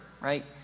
right